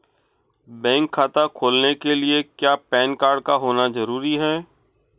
Bank खाता खोलने के लिए क्या पैन कार्ड का होना ज़रूरी है?